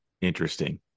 interesting